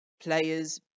players